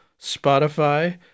Spotify